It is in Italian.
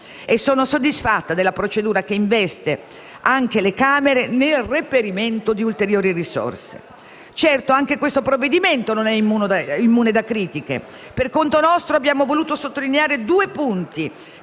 sono soddisfatta della procedura che investe anche le Camere nel reperimento di risorse ulteriori. Certo, anche questo provvedimento non è immune da critiche. Per conto nostro, abbiamo voluto sottolineare due punti